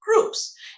groups